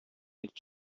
итеп